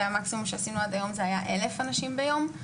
והמקסימום שעשינו עד היום היה 1,000 אנשים ביום.